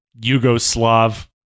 Yugoslav